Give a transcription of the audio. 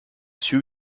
two